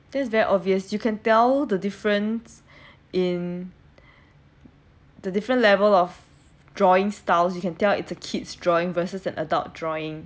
this is very obvious you can tell the difference in the different level of drawing styles you can tell it's the kids' drawing versus an adult drawing